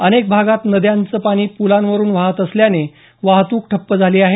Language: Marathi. अनेक भागात नद्यांचं पाणी पुलांवरून वाहत असल्याने वाहतूक ठप्प झाली आहे